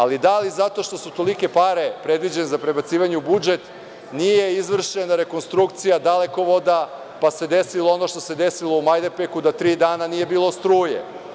Ali, da li zato što su tolike pare predviđene za prebacivanje u budžet nije izvršena rekonstrukcija dalekovoda, pa se desilo ono što se desilo u Majdanpeku, da tri dana nije bilo struje?